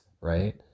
right